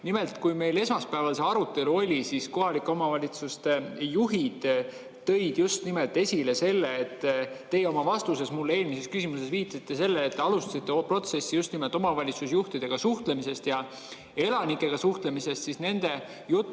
Nimelt, kui meil esmaspäeval see arutelu oli, siis kohalike omavalitsuste juhid tõid just nimelt esile selle – teie oma vastuses mulle eelmises küsimuses viitasite sellele, et te alustasite protsessi just nimelt omavalitsusjuhtidega suhtlemisest ja elanikega suhtlemisest, aga nende jutt